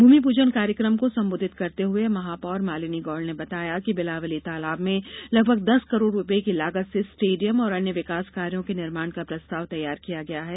भूमिप्जन कार्यक्रम को संबोधित करते हुए महापौर मालिनी गौड़ ने बताया कि बिलावली तालाब में लगभग दस करोड़ रूपये की लागत से स्टेडियम और अन्य विकास कार्यों के निर्माण का प्रस्ताव तैयार किया गया है